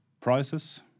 prices